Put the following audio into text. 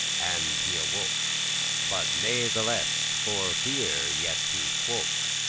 and he awoke but natheless for feare yet he quoke,